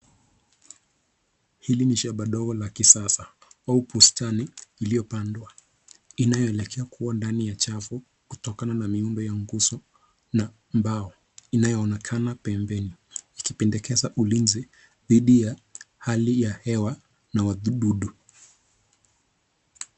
Hili ni shamba ndogo la kisasa au bustani iliyopandwa, inayoelekea kuwa ndani ya chafu kutokana na miundo ya nguzo n mbao inayoonekana pembeni ikipendekeza ulinzi didhi ya hali ya hewa na wadudu.